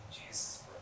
Jesus